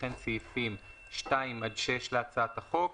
וכן סעיפים 2 עד 6 להצעת החוק,